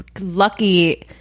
lucky